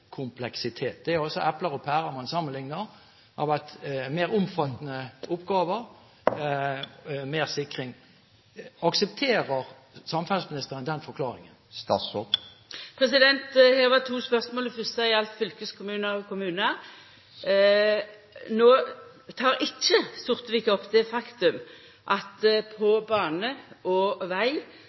kompleksitet.» Det er altså epler og pærer man sammenligner – av mer omfattende oppgaver, mer sikring. Aksepterer samferdselsministeren den forklaringen? Her var det to spørsmål. Det fyrste gjaldt fylkeskommunar og kommunar. No tek ikkje Sortevik opp det faktumet at på bane og